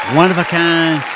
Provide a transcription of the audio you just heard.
one-of-a-kind